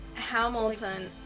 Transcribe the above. Hamilton